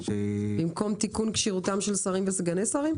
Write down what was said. במקום "תיקון כשירותם של שרים וסגני שרים"?